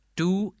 two